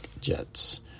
Jets